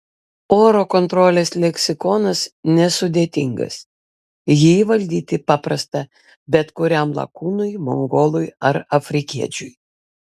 oro kontrolės leksikonas nesudėtingas jį įvaldyti paprasta bet kuriam lakūnui mongolui ar afrikiečiui